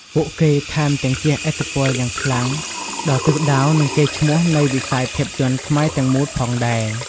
ពួកគេថែមទាំងជះឥទ្ធិពលយ៉ាងខ្លាំងដល់ ទិសដៅ និងកេរ្តិ៍ឈ្មោះនៃវិស័យភាពយន្តខ្មែរទាំងមូល ផងដែរ។